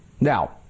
Now